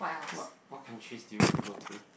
what what countries do you want to go to